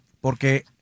Porque